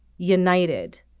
united